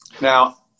Now